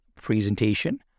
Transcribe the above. presentation